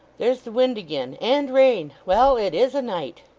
there's the wind again and rain well it is a night